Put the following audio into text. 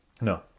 No